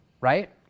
Right